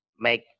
make